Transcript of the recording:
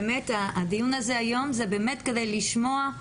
הדיון הזה היום הוא באמת כדי לשמוע,